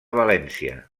valència